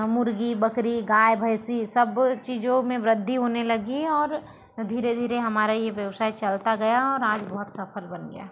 मुर्गी बकरी गाय भैंसी सब चीज़ों में वृद्धि होने लगी और धीरे धीरे हमारा ये व्यवसाए चलता गया और आज बहुत सफल बन गया